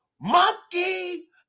Monkey